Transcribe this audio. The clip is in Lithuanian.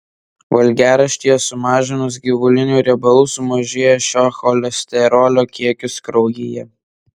valgiaraštyje sumažinus gyvulinių riebalų sumažėja šio cholesterolio kiekis kraujyje